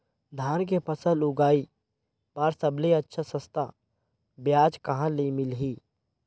धान के फसल उगाई बार सबले अच्छा सस्ता ब्याज कहा ले मिलही?